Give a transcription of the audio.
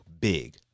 big